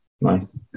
Nice